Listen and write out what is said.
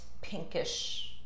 pinkish